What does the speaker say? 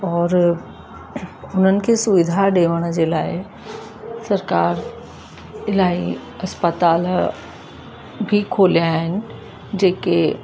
और उन्हनि खे सुविधा ॾियण जे लाइ सरकार इलाही अस्पताल बि खोलिया आहिनि जेके